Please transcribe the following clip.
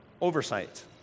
oversight